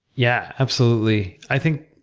yeah, absolutely. i think,